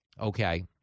okay